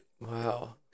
Wow